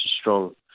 strong